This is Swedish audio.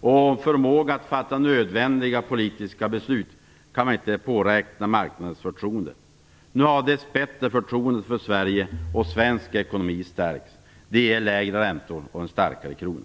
och förmåga att fatta nödvändiga politiska beslut kan man inte påräkna marknadens förtroende. Nu har dess bättre förtroendet för Sverige och svensk ekonomi stärkts. Det ger lägre räntor och en starkare krona.